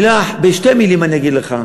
בשתי מילים אני אגיד לך,